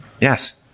Yes